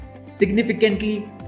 significantly